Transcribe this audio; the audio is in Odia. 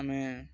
ଆମେ